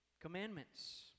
Commandments